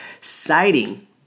citing